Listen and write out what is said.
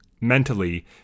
mentally